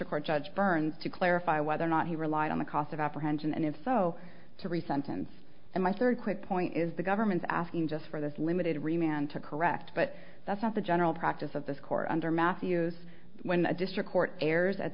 a court judge burns to clarify whether or not he relied on the cost of apprehension and if so to resign since and my third quick point is the government's asking just for this limited re man to correct but that's not the general practice of this court under matthews when a district court airs at